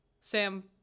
Sam